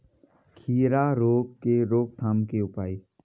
खीरा रोग के रोकथाम के उपाय?